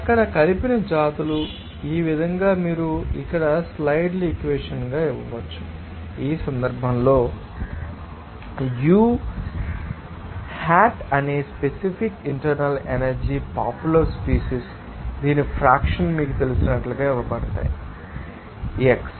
అక్కడ కలిపిన జాతులు ఈ విధంగా మీరు ఇక్కడ స్లైడ్ల ఈక్వెషన్ గా ఇవ్వవచ్చు ఈ సందర్భంలో Ui హెట్ అనేది specific internal energy popular species దీని ఫ్రాక్షన్ మీకు తెలిసినట్లుగా ఇవ్వబడతాయి xi